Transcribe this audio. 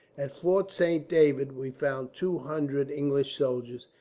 at fort saint david we found two hundred english soldiers,